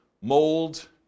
mold